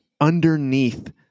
Underneath